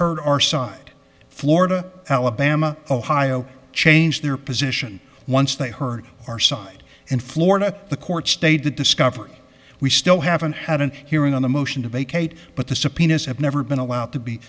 heard our side florida alabama ohio changed their position once they heard our side in florida the court stayed to discover we still haven't had an hearing on the motion to vacate but the subpoenas have never been allowed to be